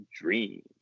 dreams